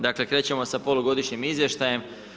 Dakle krećemo sa polugodišnjim izvještajem.